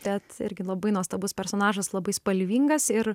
bet irgi labai nuostabus personažas labai spalvingas ir